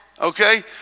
okay